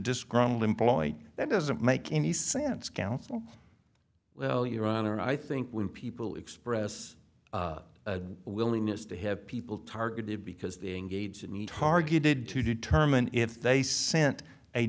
disgruntled employee that doesn't make any sense counsel well your honor i think when people express a willingness to have people targeted because the engage in targeted to determine if they sent a